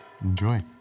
Enjoy